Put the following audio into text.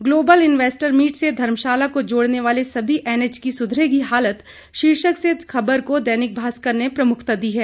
global investor meet से धर्मशाला को जोड़ने वाले सभी एनएच की सुधरेगी हालत शीर्षक से खबर को दैनिक भास्कर ने प्रमुखता दी है